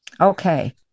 Okay